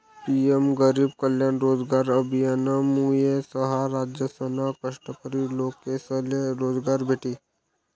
PM गरीब कल्याण रोजगार अभियानमुये सहा राज्यसना कष्टकरी लोकेसले रोजगार भेटी